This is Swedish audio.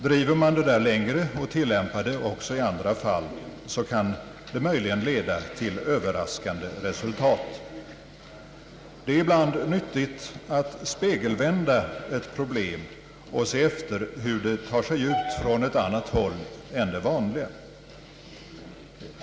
Driver man detta längre och tillämpar det också i andra fall, kan det möjligen leda till överraskande resultat. Det är ibland nyttigt att spegelvända ett problem och se efter hur det ser ut från ett annat håll än det vanliga.